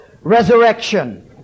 resurrection